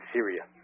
Syria